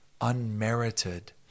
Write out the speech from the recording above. unmerited